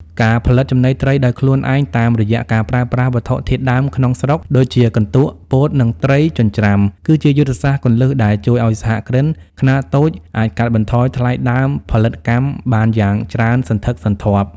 ការផលិតចំណីត្រីដោយខ្លួនឯងតាមរយៈការប្រើប្រាស់វត្ថុធាតុដើមក្នុងស្រុកដូចជាកន្ទក់ ពោត និងត្រីចិញ្ច្រាំ គឺជាយុទ្ធសាស្ត្រគន្លឹះដែលជួយឱ្យសហគ្រិនខ្នាតតូចអាចកាត់បន្ថយថ្លៃដើមផលិតកម្មបានយ៉ាងច្រើនសន្ធឹកសន្ធាប់។